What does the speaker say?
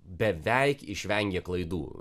beveik išvengė klaidų